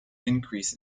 increase